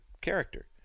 character